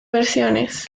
versiones